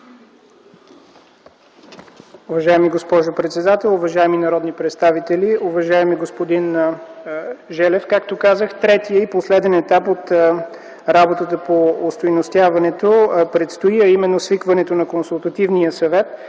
Уважаеми господин председател, уважаеми народни представители! Уважаеми господин Желев, както казах, третият и последен етап от работата по остойностяването предстои, а именно свикването на Консултативния съвет,